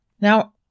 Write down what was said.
Now